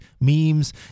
memes